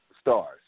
stars